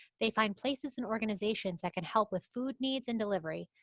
they find places and organizations that can help with food needs and delivery,